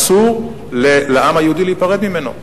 אסור לעם היהודי להיפרד ממנו.